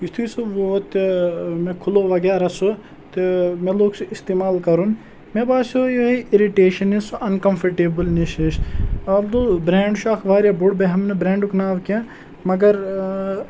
یُتھُے سُہ ووت تہٕ مےٚ کھُلوو وغیرہ سُہ تہٕ مےٚ لوگ سُہ اِستعمال کَرُن مےٚ باسیو یِہوٚے اِرِٹیشَن ہِش سُہ اَنکَمفٲٹیبٕل نِش ہِش آلدۄہ برٛینٛڈ چھُ اَکھ واریاہ بوٚڈ بہٕ ہٮ۪مہٕ نہٕ برٛینٛڈُک ناو کینٛہہ مگر